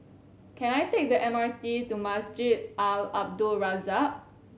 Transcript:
can I take the M R T to Masjid Al Abdul Razak